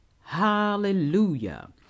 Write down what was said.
Hallelujah